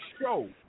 show